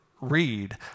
read